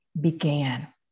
began